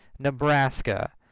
Nebraska